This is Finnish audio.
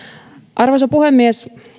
arvoisa puhemies